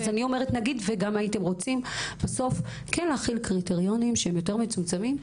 אם הייתם רוצים להחיל קריטריונים שהם מצומצמים יותר,